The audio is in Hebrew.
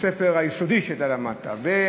בית-הספר היסודי שאתה למדת בו,